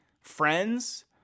friends